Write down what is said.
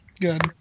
Good